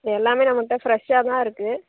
எல்லாமே நம்ம கிட்டே ஃப்ரெஷ்ஷாக தான் இருக்குது